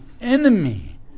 enemy